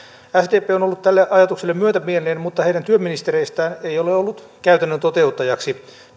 on ollut tälle ajatukselle myötämielinen mutta heidän työministereistään ei ole ollut käytännön toteuttajaksi